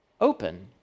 open